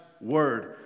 word